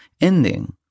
ending